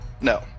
No